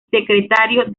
secretario